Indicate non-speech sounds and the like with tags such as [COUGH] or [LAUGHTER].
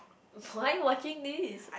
[BREATH] why you watching this